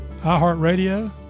iHeartRadio